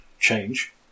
change